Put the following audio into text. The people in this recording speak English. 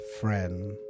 friend